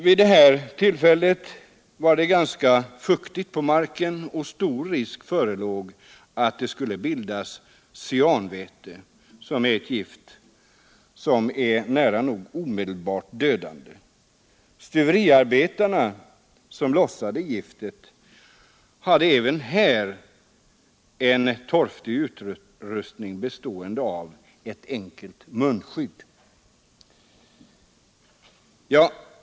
Vid det här tillfället var det ganska fuktigt på marken och stor risk förelåg för att det skulle bildas cyanväte, ett gift som är nära nog omedelbart dödande. Stuveriarbetarna som lossade giftet hade även i det fallet en torftig utrustning bestående av ett enkelt munskydd.